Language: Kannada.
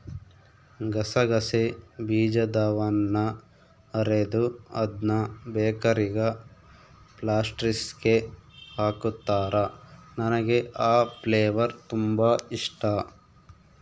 ಗಸಗಸೆ ಬೀಜದವನ್ನ ಅರೆದು ಅದ್ನ ಬೇಕರಿಗ ಪ್ಯಾಸ್ಟ್ರಿಸ್ಗೆ ಹಾಕುತ್ತಾರ, ನನಗೆ ಆ ಫ್ಲೇವರ್ ತುಂಬಾ ಇಷ್ಟಾ